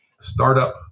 startup